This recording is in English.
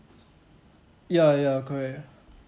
ya ya correct ah